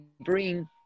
bring